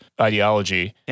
ideology